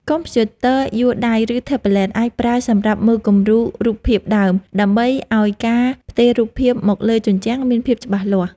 កុំព្យូទ័រយួរដៃ ឬថេប្លេត អាចប្រើសម្រាប់មើលគំរូរូបភាពដើម ដើម្បីឱ្យការផ្ទេររូបភាពមកលើជញ្ជាំងមានភាពច្បាស់លាស់។